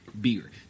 beer